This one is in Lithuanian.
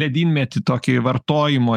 ledynmetį tokį vartojimo